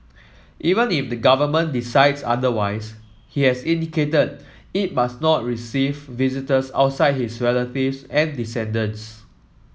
even if the government decides otherwise he has indicated it must not receive visitors outside his relatives and descendants